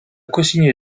cosigné